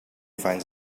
finds